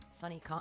Funny